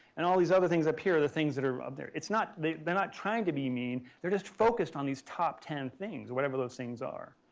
and all these other things up here are the things that are up there. it's not they're not trying to be mean. they're just focused on these top ten things, whatever those things are.